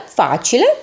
facile